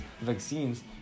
vaccines